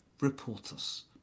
reporters